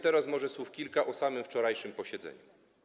Teraz może słów kilka o samym wczorajszym posiedzeniu.